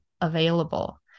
available